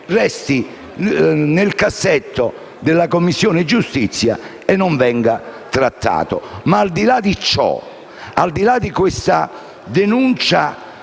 resti nel cassetto della Commissione giustizia e non venga trattato. Al di là di ciò, al di là di questa critica